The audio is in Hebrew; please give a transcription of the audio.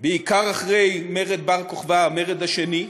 בעיקר אחרי מרד בר-כוכבא, המרד השני,